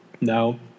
No